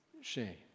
shame